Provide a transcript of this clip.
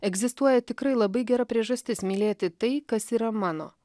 egzistuoja tikrai labai gera priežastis mylėti tai kas yra mano